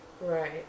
Right